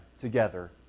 Together